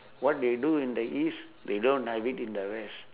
what they do in the east they don't have it in the west